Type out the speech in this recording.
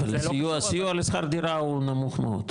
הסיוע לשכר דירה הוא נמוך מאוד,